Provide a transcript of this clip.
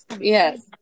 yes